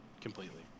Completely